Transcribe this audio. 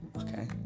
Okay